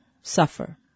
suffer